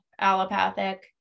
allopathic